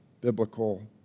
biblical